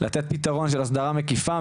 אלא לתת פתרון של הסדרה מקיפה,